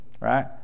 right